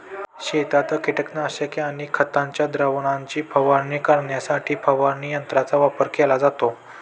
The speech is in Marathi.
शेतात कीटकनाशके आणि खतांच्या द्रावणाची फवारणी करण्यासाठी फवारणी यंत्रांचा वापर केला जातो